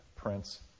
prince